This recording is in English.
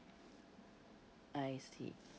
I see